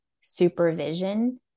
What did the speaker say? supervision